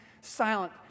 silent